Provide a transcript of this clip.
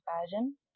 version